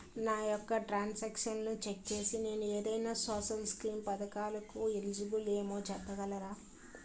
నా యెక్క ట్రాన్స్ ఆక్షన్లను చెక్ చేసి నేను ఏదైనా సోషల్ స్కీం పథకాలు కు ఎలిజిబుల్ ఏమో చెప్పగలరా?